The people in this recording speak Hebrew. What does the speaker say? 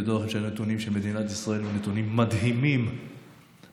תדעו לכם שהנתונים של מדינת ישראל הם נתונים מדהימים בעולם,